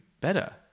better